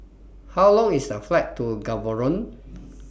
How Long IS The Flight to Gaborone